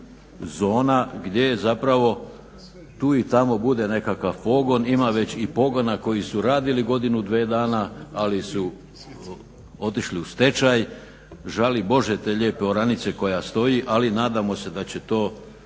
zona gdje zapravo tu i tamo bude nekakav pogon. Ima već i pogona koji su radili godinu, dve dana ali su otišli u stečaj. Žali Bože te lijepe oranice koja stoji ali nadamo se da će to